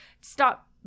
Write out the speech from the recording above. stop